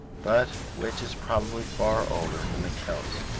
but which is probably far older than the celts,